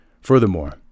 Furthermore